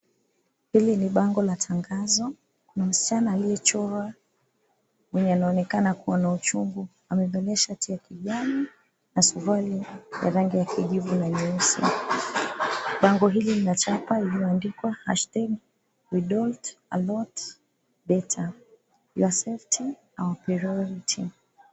Hili ni bango la tangazo. Msichana aliyechorwa mwenye anaonekana kuwa na uchungu amevalia shati ya kijani na suruali ya rangi ya kijivu na nyeusi. Bango hili linachapa lililoandikwa hashtag ,"we don't alot data. Your safety our priority."